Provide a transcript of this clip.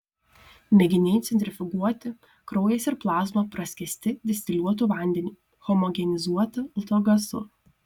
mėginiai centrifuguoti kraujas ir plazma praskiesti distiliuotu vandeniu homogenizuota ultragarsu